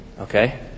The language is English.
Okay